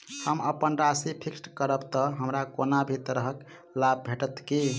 हम अप्पन राशि फिक्स्ड करब तऽ हमरा कोनो भी तरहक लाभ भेटत की?